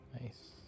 nice